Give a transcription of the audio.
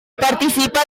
participa